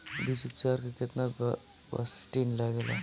बीज उपचार में केतना बावस्टीन लागेला?